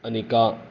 Anika